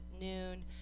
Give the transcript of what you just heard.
noon